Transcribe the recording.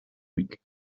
week